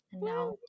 now